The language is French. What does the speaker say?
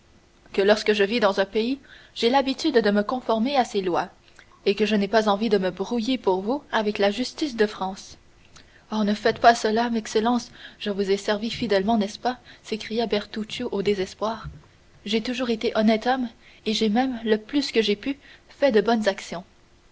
que lorsque je vis dans un pays j'ai l'habitude de me conformer à ses lois et que je n'ai pas envie de me brouiller pour vous avec la justice de france oh ne faites pas cela excellence je vous ai servi fidèlement n'est-ce pas s'écria bertuccio au désespoir j'ai toujours été honnête homme et j'ai même le plus que j'ai pu fait de bonnes actions